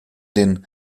den